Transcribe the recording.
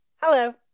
Hello